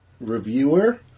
reviewer